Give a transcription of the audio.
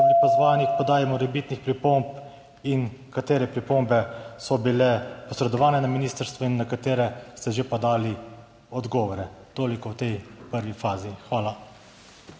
bili pozvani k podaji morebitnih pripomb? Katere pripombe so bile posredovane na ministrstvo in na katere ste že podali odgovore? Toliko v tej prvi fazi. Hvala.